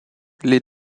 les